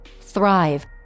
Thrive